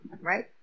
right